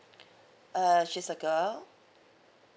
uh she's a girl